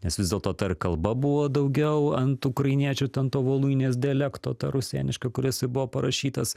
nes vis dėlto ta ir kalba buvo daugiau ant ukrainiečių ten to voluinės dialekto ta rusėniška kuris ir buvo parašytas